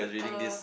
uh